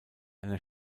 einer